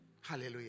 Hallelujah